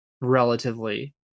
relatively